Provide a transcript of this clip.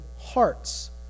hearts